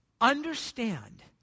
Understand